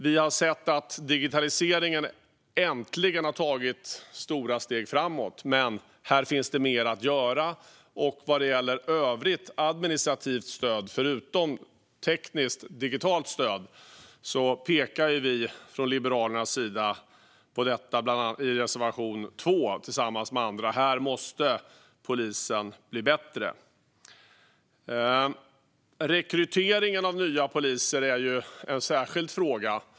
Vi har sett att digitaliseringen äntligen har tagit stora steg framåt, men här finns det mer att göra. Vad gäller övrigt administrativt stöd, förutom tekniskt eller digitalt stöd, pekar vi från Liberalernas sida på detta bland annat i reservation 2, tillsammans med andra. Här måste polisen bli bättre. Rekryteringen av nya poliser är en särskild fråga.